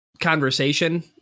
conversation